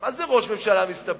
מה זה ראש ממשלה מסתבך?